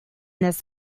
this